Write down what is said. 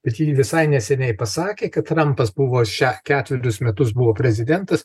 bet ji visai neseniai pasakė kad trampas buvo šią ketverius metus buvo prezidentas